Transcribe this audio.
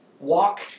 Walk